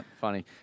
Funny